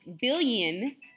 billion